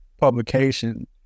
publication